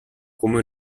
come